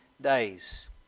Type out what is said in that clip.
days